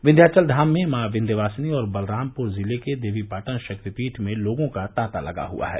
विस्यावल धाम में माँ दिन्यवासिनी और बलरामपर जिले के देवीपाटन शक्तिपीठ में लोगों का तांता लगा हुआ है